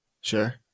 Sure